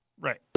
Right